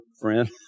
friend